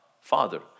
Father